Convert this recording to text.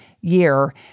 year